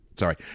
Sorry